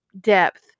depth